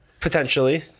potentially